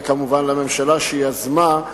וכמובן לממשלה שיזמה,